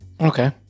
Okay